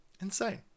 Insane